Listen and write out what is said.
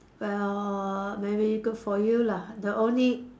well maybe good for you lah the only